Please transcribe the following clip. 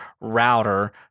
router